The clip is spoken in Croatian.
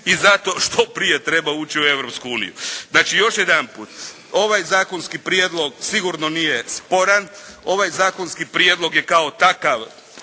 I zato što prije treba ući u Europsku uniju. Znači još jedanput, ovaj zakonski prijedlog sigurno nije sporan. Ovaj zakonski prijedlog je kao takav